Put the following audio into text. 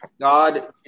God